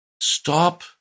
Stop